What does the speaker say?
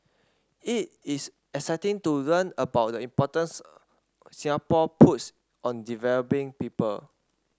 it is exciting to learn about the importance Singapore puts on developing people